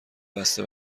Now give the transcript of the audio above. بسته